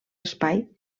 espai